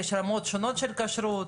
יש רמות שונות של כשרות,